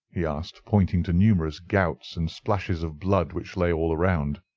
he asked, pointing to numerous gouts and splashes of blood which lay all round.